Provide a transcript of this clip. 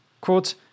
Quote